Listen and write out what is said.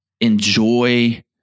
enjoy